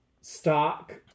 stock